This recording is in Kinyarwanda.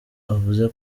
avuze